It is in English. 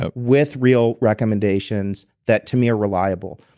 ah with real recommendations that to me are reliable.